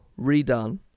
Redone